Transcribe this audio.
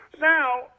now